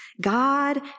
God